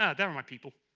yeah there are my people,